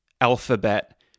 alphabet